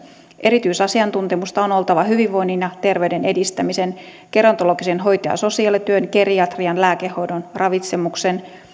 erityisasiantuntemusta on oltava hyvinvoinnin ja terveyden edistämisen gerontologisen hoito ja sosiaalityön geriatrian lääkehoidon ravitsemuksen